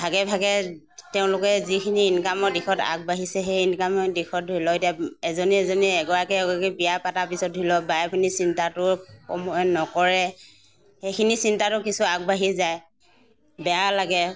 ভাগে ভাগে তেওঁলোকে যিখিনি ইনকামৰ দিশত আগবাঢ়িছে সেই ইনকাম দিশত ধৰি লওক এতিয়া এজনী এজনী এগৰাকী এগৰাকী বিয়া পতা পিছত ধৰি লওক বাই ভনী চিন্তাটো কম নকৰে সেইখিনি চিন্তাতো কিছু আগবাঢ়ি যায় বেয়া লাগে